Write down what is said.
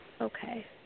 Okay